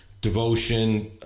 devotion